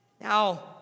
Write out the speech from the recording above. Now